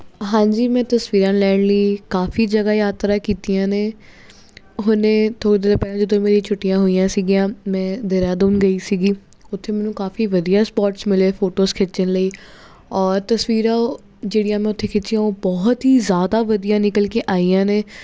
ਹਾਂਜੀ ਮੈਂ ਤਸਵੀਰਾਂ ਲੈਣ ਲਈ ਕਾਫੀ ਜਗ੍ਹਾ ਯਾਤਰਾ ਕੀਤੀਆਂ ਨੇ ਹੁਣ ਥੋੜ੍ਹੇ ਦਿਨ ਪਹਿਲਾਂ ਜਦੋਂ ਮੇਰੀ ਛੁੱਟੀਆਂ ਹੋਈਆਂ ਸੀਗੀਆਂ ਮੈਂ ਦੇਹਰਾਦੂਨ ਗਈ ਸੀਗੀ ਉੱਥੇ ਮੈਨੂੰ ਕਾਫੀ ਵਧੀਆ ਸਪੋਟਸ ਮਿਲੇ ਫੋਟੋਸ ਖਿੱਚਣ ਲਈ ਔਰ ਤਸਵੀਰਾਂ ਜਿਹੜੀਆਂ ਮੈਂ ਉੱਥੇ ਖਿੱਚੀਆਂ ਉਹ ਬਹੁਤ ਹੀ ਜ਼ਿਆਦਾ ਵਧੀਆ ਨਿਕਲ ਕੇ ਆਈਆਂ ਨੇ